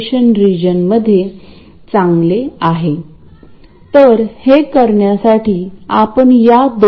dc बायसिंगसाठी gate voltage drain ला connect करणे आवश्यक आहे पण ac सिग्नल साठी ते या Vs आणि Rs ने बनलेल्या सोर्स ला कनेक्ट केले पाहिजे